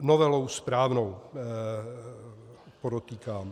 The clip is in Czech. Novelou správnou, podotýkám.